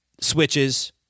switches